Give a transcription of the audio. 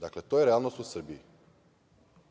Dakle, to je realnost u Srbiji. Čini